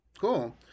Cool